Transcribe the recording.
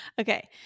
Okay